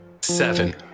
seven